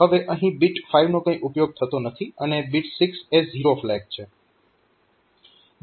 હવે અહીં બીટ 5 નો કંઈ ઉપયોગ થતો નથી અને બીટ 6 એ ઝીરો ફ્લેગ છે